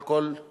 על כל מרכיביה: